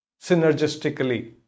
synergistically